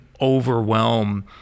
overwhelm